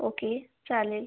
okay चालेल